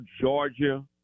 Georgia